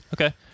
Okay